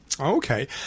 Okay